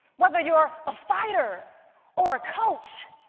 whether you're a fighter or a coach,